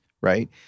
right